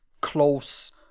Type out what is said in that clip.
close